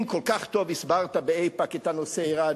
אם כל כך טוב הסברת באיפא"ק את הנושא האירני,